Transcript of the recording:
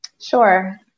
Sure